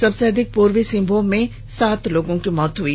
सबसे अधिक पूर्वी सिंहमूम में सात लोगों की मौत हुई